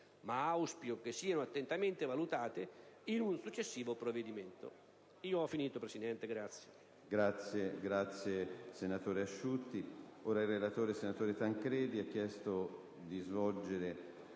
ma auspico che siano attentamente valutate in un successivo provvedimento.